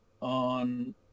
on